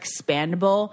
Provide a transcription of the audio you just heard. expandable